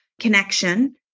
connection